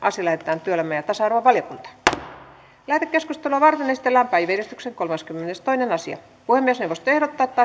asia lähetetään työelämä ja tasa arvovaliokuntaan lähetekeskustelua varten esitellään päiväjärjestyksen kolmaskymmenestoinen asia puhemiesneuvosto ehdottaa että